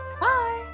bye